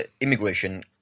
immigration